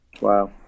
wow